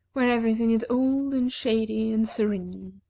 where everything is old, and shady, and serene.